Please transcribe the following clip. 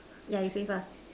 yeah you say first